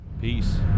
Peace